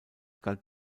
galt